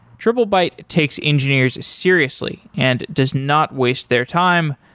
triplebyte takes engineers seriously and does not waste their time,